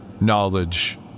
knowledge